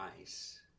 ice